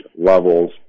levels